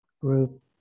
group